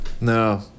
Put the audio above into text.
No